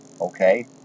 Okay